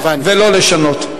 ולא לשנות.